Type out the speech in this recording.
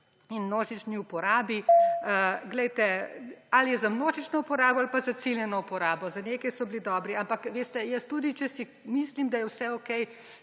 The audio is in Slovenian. in množični uporabi. Glejte, ali je za množično uporabo ali pa za ciljano uporabo – za nekaj so bili dobri. Ampak, veste, jaz tudi, če si mislim, da je vse okej,